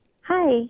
Hi